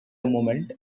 moment